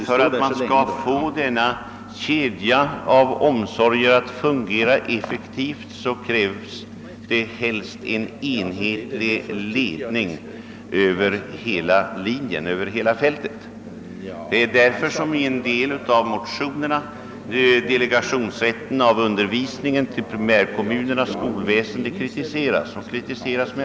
För att man skall få denna kedja av omsorger att fungera effektivt bör det helst vara en enhetlig ledning över hela fältet. Det är därför som i en del av motionerna rätten att delegera undervisningen till primärkommunernas skolväsende med fog kritiseras.